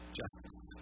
justice